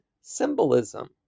symbolism